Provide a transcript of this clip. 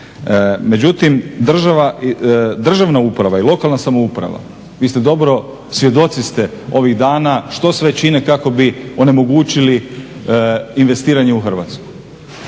Međutim, državna uprava i lokalna samouprava vi ste dobro, svjedoci ste ovih dana što sve čine kako bi onemogućili investiranje u Hrvatsku.